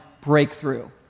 breakthrough